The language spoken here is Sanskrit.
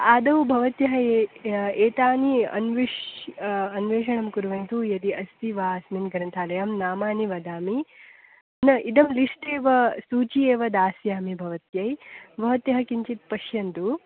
आदौ भवत्यः ए एतानि अन्विश अन्वेषणं कुर्वन्तु यदि अस्ति वा अस्मिन् ग्रन्थालये अहं नामानि वदामि न इदं लिश्ट् एव सूची एव दास्यामि भवत्यै भवत्यः किञ्चित् पश्यन्तु